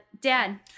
Dad